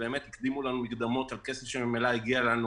ובאמת הקדימו לנו מקדמות של כסף שממילא הגיע לנו.